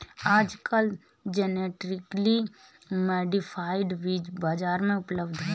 आजकल genetically modified बीज बाजार में उपलब्ध है